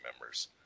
members